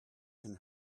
can